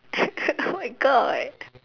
oh my god